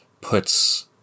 puts